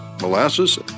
molasses